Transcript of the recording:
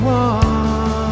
one